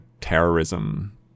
terrorism